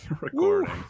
recording